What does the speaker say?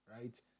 right